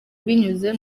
binyuze